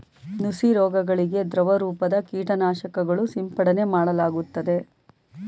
ನುಸಿ ರೋಗಗಳಿಗೆ ದ್ರವರೂಪದ ಕೀಟನಾಶಕಗಳು ಸಿಂಪಡನೆ ಮಾಡಲಾಗುತ್ತದೆ